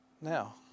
now